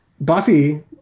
Buffy